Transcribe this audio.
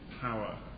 power